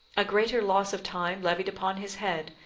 a greater loss of time levied upon his head,